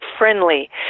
friendly